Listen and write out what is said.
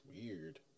weird